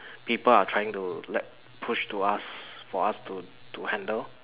people are trying to let push to us for us to to handle